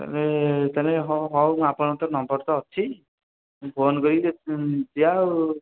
ତା'ହେଲେ ତା'ହେଲେ ହଁ ହଉ ଆପଣଙ୍କର ତ ନମ୍ବର ତ ଅଛି ମୁଁ ଫୋନ କରିବି ଯିବା ଆଉ